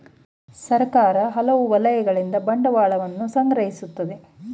ಸರ್ಕಾರ ಹಲವು ವಲಯಗಳಿಂದ ಬಂಡವಾಳವನ್ನು ಸಂಗ್ರಹಿಸುತ್ತದೆ